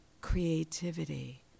creativity